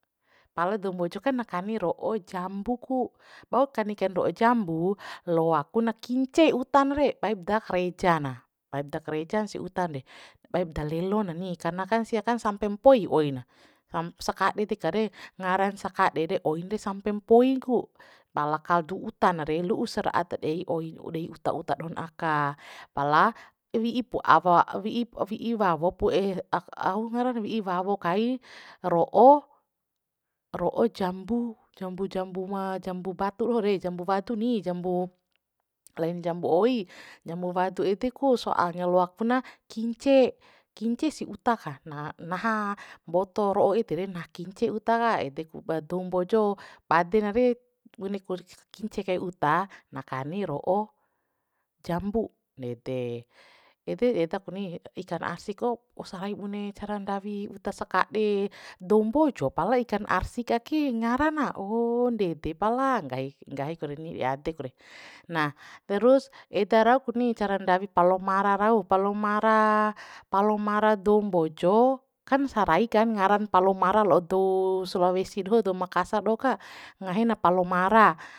Pala dou mbojo kan na kani ro'o jambu ku bau kani kain ro'o jambu loa ku na kince utan re baibda kareja na baib da karejan sih utan re baib da lelo na ni karna kan sia kan sampe mpoi oi na sam sakad'e deka re ngaran sakad'e re oin re sampe mpoin ku pala kaldu uta na re lu'u saraa'a dei oi dei uta uta dohon aka pala wi'i pu awa wi'i pu wi'i wawo pu au ngaran re wi'i wawo kai ro'o ro'o jambu jambu ma jambu batu doho re jambu wadu ni jambu lain jambu oi jambu wadu ede ku soalnya loak na kince kince sih uta ka na naha mboto ro'o ede re naha kince uta ka ede ku ba dou mbojo bade na re bune kince kai uta na kani ro'o jambu nede ede eda ku ni ikan arsik ko sarai bune cara ndawi uta sakad'e dou mbojo pala ikan arsik ka ke ngara na oo ndede pala ngahi ngahi ku reni dei ade ku re nah terus eda rau ku ni cara ndawi palomara rau palomara palomara dou mbojo kan sarai kan ngaran palomara la'o dou sulawesi doho dou makasar doho ka nggahi na palomara